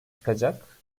çıkacak